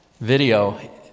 video